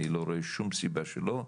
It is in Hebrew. אני לא רואה שום סיבה שלא,